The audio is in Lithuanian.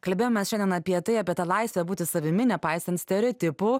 kalbėjomės šiandien apie tai apie tą laisvę būti savimi nepaisant stereotipų